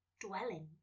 dwelling